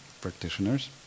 practitioners